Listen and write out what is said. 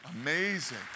Amazing